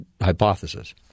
hypothesis